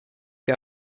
got